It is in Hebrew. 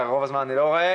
נוער.